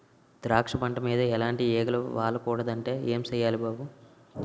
ద్రాక్ష పంట మీద ఎలాటి ఈగలు వాలకూడదంటే ఏం సెయ్యాలి బాబూ?